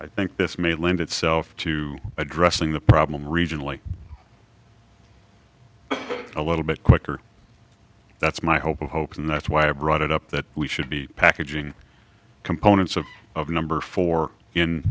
i think this may lend itself to addressing the problem regionally a little bit quicker that's my hope and hope and that's why i brought it up that we should be packaging components of of number four in